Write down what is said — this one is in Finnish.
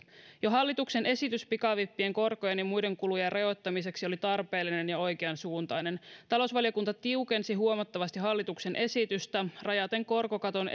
jo hallituksen esitys pikavippien korkojen ja muiden kulujen rajoittamiseksi oli tarpeellinen ja oikeansuuntainen talousvaliokunta tiukensi huomattavasti hallituksen esitystä rajaten korkokaton